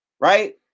right